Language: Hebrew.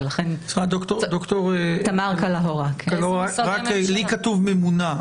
ד"ר קלהורה, לי כתוב ממונה.